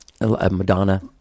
Madonna